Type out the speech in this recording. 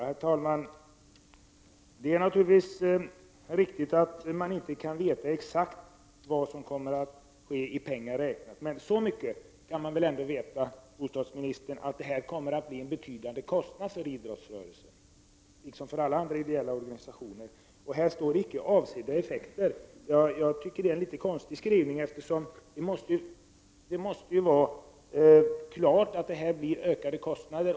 Herr talman! Det är naturligtvis riktigt att man inte kan veta exakt vad som kommer att ske och hur stora kostnaderna blir. Men man vet väl ändå så mycket, bostadsministern, att detta kommer att medföra betydande kostnader för idrottsrörelsen, liksom för alla andra ideella organisationer? I lagrådsremissen talas om icke avsedda effekter. Jag tycker att det är en litet konstig skrivning. Man måste vara medveten om att detta medför ökade kostnader.